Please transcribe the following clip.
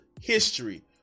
history